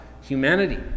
humanity